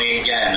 again